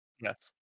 Yes